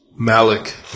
Malik